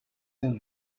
him